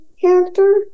character